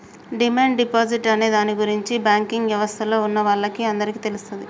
demand deposit అనే దాని గురించి బ్యాంకింగ్ యవస్థలో ఉన్నవాళ్ళకి అందరికీ తెలుస్తది